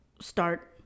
start